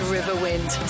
Riverwind